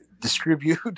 distribute